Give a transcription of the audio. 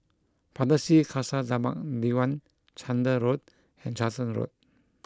Pardesi Khalsa Dharmak Diwan Chander Road and Charlton Road